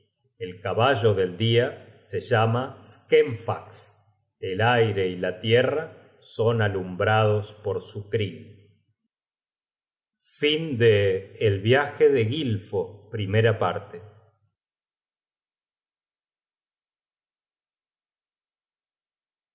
el caballo del dia se llama skenfaxe el aire y la tierra son alumbrados por su crin content from google book search generated at